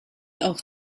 auch